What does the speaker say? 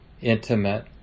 intimate